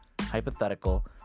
hypothetical